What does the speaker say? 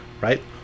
right